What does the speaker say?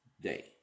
day